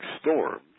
storms